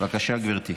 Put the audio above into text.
מה הצבעת, גברתי?